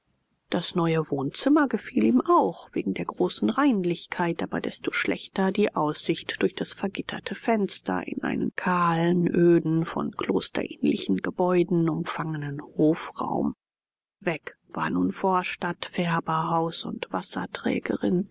das neue wohnzimmer gefiel ihm auch wegen der großen reinlichkeit aber desto schlechter die aussicht durch das vergitterte fenster in einen kahlen öden von klosterähnlichen gebäuden umfangenen hofraum weg war nun vorstadt färberhaus und